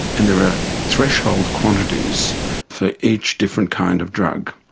and there are threshold quantities for each different kind of drug.